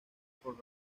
por